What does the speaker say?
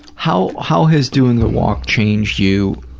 how how has doing the walk changed you?